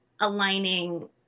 aligning